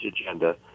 agenda